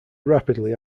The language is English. rapidly